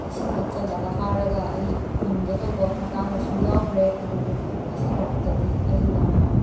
ꯏꯁꯤꯡ ꯊꯛꯆꯜꯂꯒ ꯍꯥꯔꯒ ꯑꯩ ꯐꯨꯟꯒꯦ ꯇꯧꯕ ꯃꯇꯥꯡꯒꯁꯨ ꯌꯥꯎꯈ꯭ꯔꯦ ꯑꯗꯨꯕꯨ ꯉꯁꯤ ꯐꯥꯎꯗꯤ ꯑꯩꯅ